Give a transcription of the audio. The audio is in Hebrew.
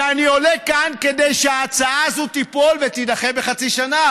ואני עולה כאן כדי שההצעה הזאת תיפול ותידחה בחצי שנה.